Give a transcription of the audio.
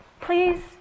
please